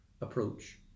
approach